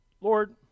Lord